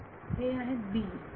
विद्यार्थी हे आहेत b